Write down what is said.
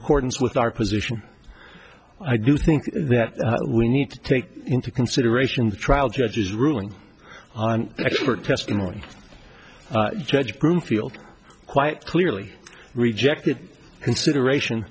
accordance with our position i do think that we need to take into consideration the trial judge's ruling on expert testimony judged broomfield quite clearly rejected consideration